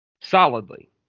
solidly